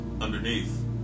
underneath